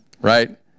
right